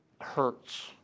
hurts